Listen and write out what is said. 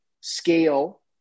scale